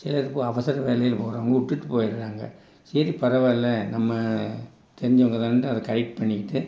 சரி அவசர வேலையில் போகறவங்க விட்டுட்டு போயிடுறாங்க சரி பரவா இல்லை நம்ம தெரிஞ்சவங்க தானேன்ட்டு அதை கரெக்ட் பண்ணிக்கிட்டு